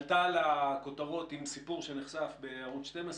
עלתה לכותרות עם סיפור שנחשף בערוץ 12,